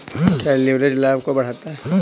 क्या लिवरेज लाभ को बढ़ाता है?